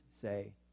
say